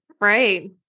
right